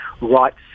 rights